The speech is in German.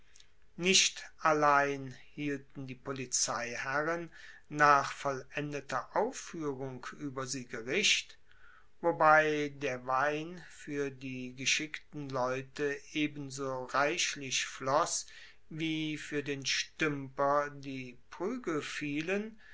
nicht allein hielten die polizeiherren nach vollendeter auffuehrung ueber sie gericht wobei der wein fuer die geschickten leute ebenso reichlich floss wie fuer den stuemper die